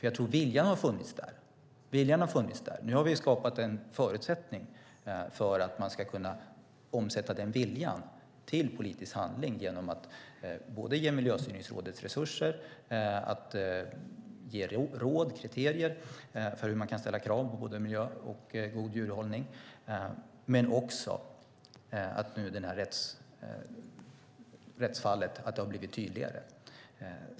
Jag tror att viljan har funnits där, och nu har vi skapat en förutsättning för att man ska kunna omsätta den viljan till politisk handling genom att ge Miljöstyrningsrådet resurser att ge råd om och kriterier för hur man kan ställa krav på god miljö och god djurhållning. I och med det här rättsfallet har det blivit tydligare.